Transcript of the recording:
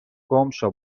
گمشو